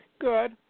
Good